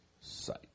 sight